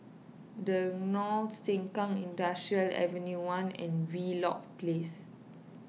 the Knolls Sengkang Industrial Ave one and Wheelock Place